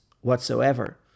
whatsoever